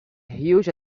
huge